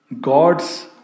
God's